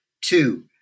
Two